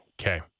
Okay